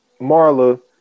Marla